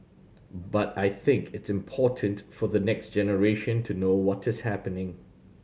but I think it's important for the next generation to know what is happening